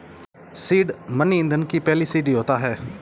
seed money ईंधन की पहली सीढ़ी होता है